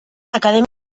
akademia